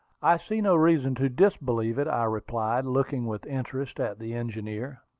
i see no reason to disbelieve it, i replied, looking with interest at the engineer.